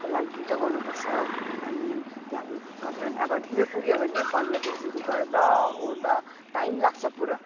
को लागिन् त गर्नुपर्छ अनि त्यो हाम्रो नत्र भने अब ढिलो पुग्यो भने फोर्मलिटिसहरू गर्दावर्दा टाइम लाग्छ पुरा